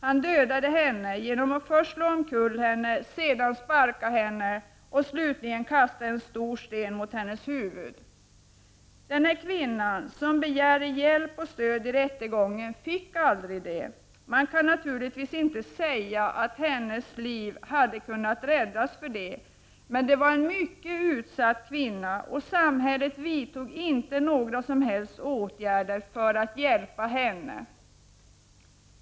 Han dödade henne genom att först slå omkull henne, sedan sparka henne och slutligen kasta en stor sten mot hennes huvud. Denna kvinna som begärde hjälp och stöd vid rättegången fick aldrig det. Man kan naturligtvis inte säga att hennes liv hade kunnat räddas, om hon hade fått det. Här gällde det emellertid en mycket utsatt kvinna, och samhället vidtog inte några som helst åtgärder för att hjälpa henne.